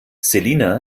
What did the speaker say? selina